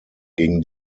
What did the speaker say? gegen